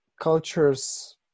cultures